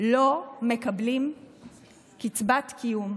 לא מקבלים קצבת קיום.